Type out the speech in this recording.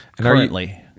Currently